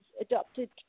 adopted